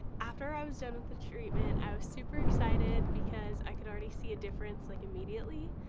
after i was done with the treatment, i was super excited because i could already see a difference like immediately.